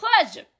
pleasure